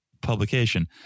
publication